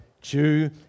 Jew